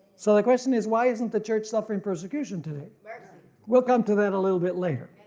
so the question is why isn't the church suffering persecution today? we will come to that a little bit later.